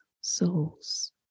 souls